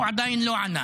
הוא עדיין לא ענה.